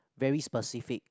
very specific